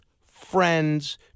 friend's